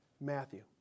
Matthew